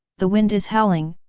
the wind is howling,